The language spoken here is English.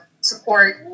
support